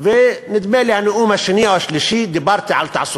ונדמה לי שבנאום השני או השלישי דיברתי על תעסוקה.